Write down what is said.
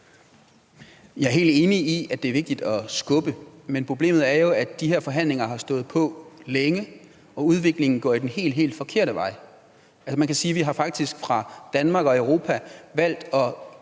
Jeg er helt enig i, at det er vigtigt at skubbe på, men problemet er jo, at de her forhandlinger har stået på længe, og at udviklingen går den helt forkerte vej. Altså, man kan sige, at vi faktisk fra Danmarks og Europas side